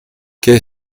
que